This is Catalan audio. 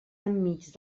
enmig